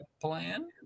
plan